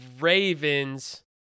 Ravens